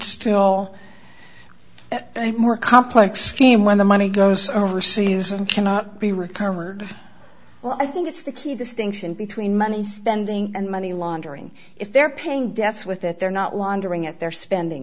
still more complex scheme when the money goes overseas and cannot be recovered well i think that's the key distinction between money spending and money laundering if they're paying debts with it they're not laundering it they're spending